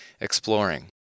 exploring